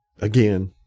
Again